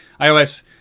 iOS